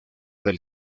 del